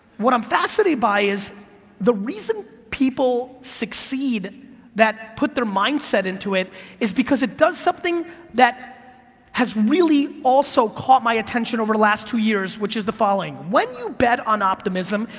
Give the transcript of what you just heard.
what i'm fascinated by is the reason people succeed that put their mindset into it is because it does something that has really also caught my attention over the last two years, which is the following. when you bet on optimism,